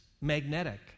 magnetic